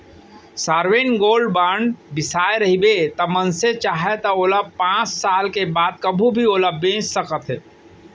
sovereign gold bond बिसाए रहिबे त मनसे चाहय त ओला पाँच साल के बाद कभू भी ओला बेंच सकथे